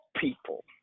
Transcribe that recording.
people